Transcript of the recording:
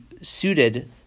suited